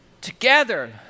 Together